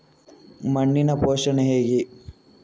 ಮಣ್ಣಿನ ಪೋಷಣೆ ಹೇಗೆ?